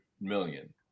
million